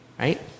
right